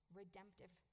redemptive